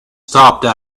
stopped